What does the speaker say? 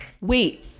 wait